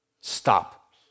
stop